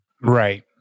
right